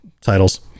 titles